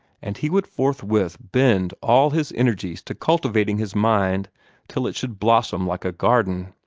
and he would forthwith bend all his energies to cultivating his mind till it should blossom like a garden.